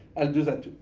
i'll do that too.